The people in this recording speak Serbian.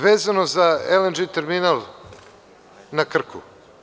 Vezano za LNG terminal na Krku.